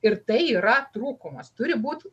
ir tai yra trūkumas turi būt